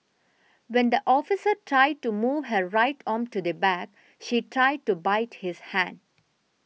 when the officer tried to move her right arm to the back she tried to bite his hand